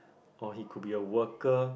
or he could be a worker